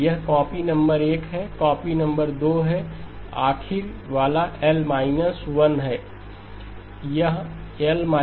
यह copy number 1 है copy number 2 है आखिरी वाला L − 1 होगा